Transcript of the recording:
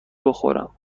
بخورم